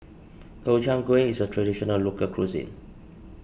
Gobchang Gui is a Traditional Local Cuisine